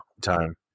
time